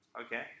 Okay